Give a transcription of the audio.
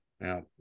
Now